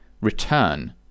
return